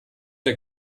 der